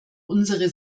unsere